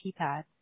keypad